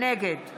נגד